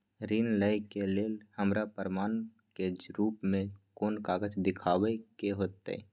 ऋण लय के लेल हमरा प्रमाण के रूप में कोन कागज़ दिखाबै के होतय?